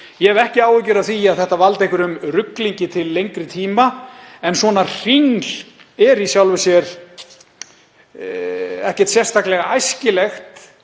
Ég hef ekki áhyggjur af því að þetta valdi einhverjum ruglingi til lengri tíma en svona hringl er í sjálfu sér ekkert sérstaklega æskilegt